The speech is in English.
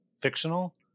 fictional